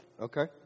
Okay